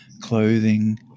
clothing